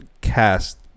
cast